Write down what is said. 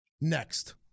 next